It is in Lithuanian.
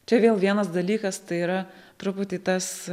čia vėl vienas dalykas tai yra truputį tas